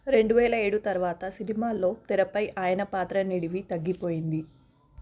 రెండు వేల ఏడు తరవాత సమయాల్లో తెరపై ఆయన పాత్ర నిడివి తగ్గిపోయింది